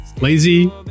Lazy